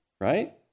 right